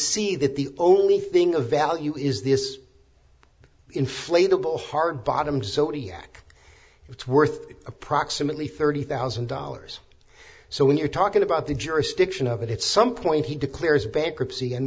see that the only thing of value is this inflatable hard bottom zodiac it's worth approximately thirty thousand dollars so when you're talking about the jurisdiction of it it's some point he declares bankruptcy and